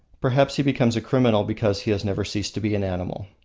perhaps he becomes a criminal because he has never ceased to be an animal.